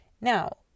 Now